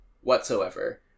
whatsoever